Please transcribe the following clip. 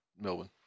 Melbourne